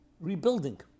Rebuilding